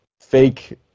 fake